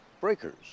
Breakers